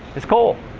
it's coal.